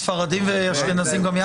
ספרדים ואשכנזים גם יחד?